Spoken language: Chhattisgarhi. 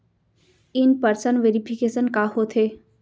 इन पर्सन वेरिफिकेशन का होथे?